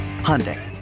Hyundai